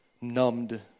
numbed